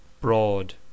Broad